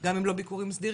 גם אם לא ביקורים סדירים,